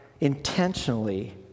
intentionally